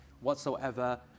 whatsoever